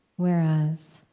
whereas